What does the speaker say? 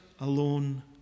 alone